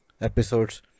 episodes